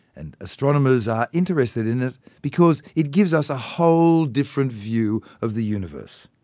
and astronomers are interested in it because it gives us a whole different view of the universe.